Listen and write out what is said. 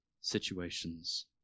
situations